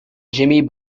jimmy